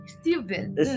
stupid